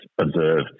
observed